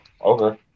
okay